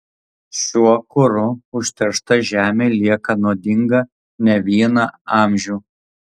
šiuo kuru užteršta žemė lieka nuodinga ne vieną amžių